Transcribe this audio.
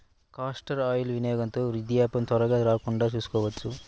castor oil వినియోగంతో వృద్ధాప్యం త్వరగా రాకుండా చూసుకోవచ్చు